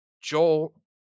Joel